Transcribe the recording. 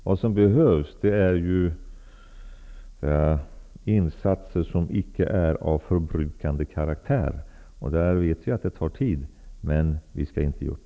Vad som behövs är insatser som icke är av den karaktären att de förbrukas. Vi vet att det tar tid. Men vi skall inte ge upp.